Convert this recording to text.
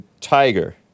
tiger